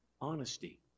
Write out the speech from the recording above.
Honesty